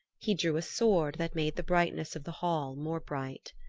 he drew a sword that made the brightness of the hall more bright.